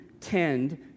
tend